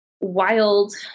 wild